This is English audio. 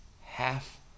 half